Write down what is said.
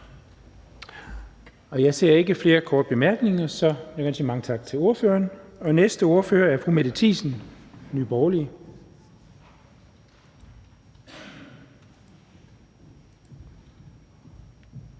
Jeg ser ikke flere til korte bemærkninger, så jeg vil sige mange tak til ordføreren. Den næste ordfører er fru Mette Thiesen, Nye Borgerlige.